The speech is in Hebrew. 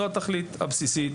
זו התכלית הבסיסית.